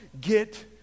get